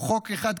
או חוק אחד קטן,